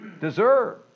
deserve